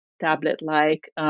tablet-like